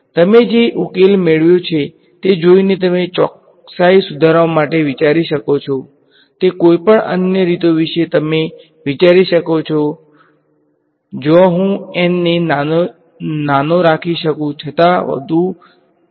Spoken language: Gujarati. તમે જે ઉકેલ મેળવ્યો છે તે જોઈને તમે ચોકસાઈ સુધારવા માટે વિચારી શકો તે કોઈપણ અન્ય રીતો વિશે તમે વિચારી શકો છો કે જ્યાં હું n ને નાનો રાખી શકું છતાં વધુ સચોટ ઉકેલ મેળવી શકું